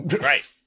Right